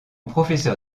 professeur